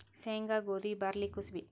ಸೇಂಗಾ, ಗೋದಿ, ಬಾರ್ಲಿ ಕುಸಿಬಿ